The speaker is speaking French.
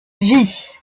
vie